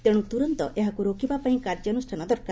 ତେଣୁ ତୁରନ୍ତ ଏହାକୁ ରୋକିବାପାଇଁ କାର୍ଯ୍ୟାନୁଷ୍ଠାନ ଦରକାର